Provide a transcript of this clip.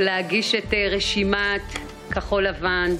זה חשוב מאוד.